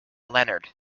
leonard